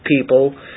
people